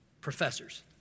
professors